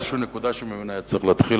זו איזושהי נקודה שממנה היה צריך להתחיל,